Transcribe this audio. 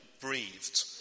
breathed